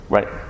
Right